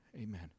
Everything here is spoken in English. Amen